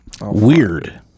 Weird